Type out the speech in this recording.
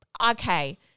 okay